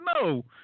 No